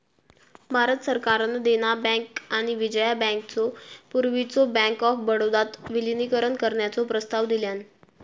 भारत सरकारान देना बँक आणि विजया बँकेचो पूर्वीच्यो बँक ऑफ बडोदात विलीनीकरण करण्याचो प्रस्ताव दिलान